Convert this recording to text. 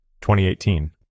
2018